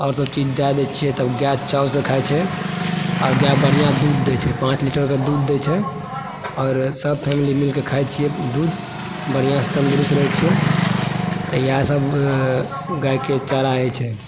और सब चीज दए दै छियै तब गाय चावसँ खाइ छै आ बढ़िऑं दूध दै छै पाँच लीटर कऽ दूध दै छै और सब फैमिली मिलके खाइ छियै दूध बढ़िऑं से तन्दुरुस्त रहै छियै इएह सब गायके चारा अछि